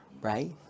right